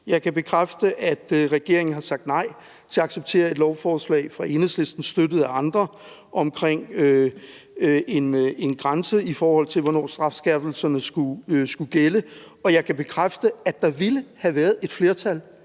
Jeg kan bekræfte, at regeringen har sagt nej til at acceptere et ændringsforslag fra Enhedslisten, støttet af andre, omkring en grænse, i forhold til hvornår strafskærpelserne skulle gælde. Og jeg kan bekræfte, at der ville have været et flertal